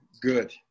good